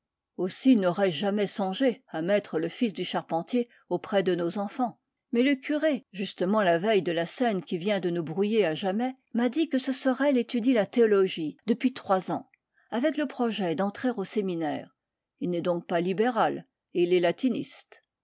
aussi n'aurais-je jamais songé à mettre le fils du charpentier auprès de nos enfants mais le curé justement la veille de la scène qui vient de nous brouiller à jamais m'a dit que ce sorel étudie la théologie depuis trois ans avec le projet d'entrer au séminaire il n'est donc pas libéral et il est latiniste